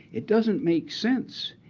it doesn't make sense.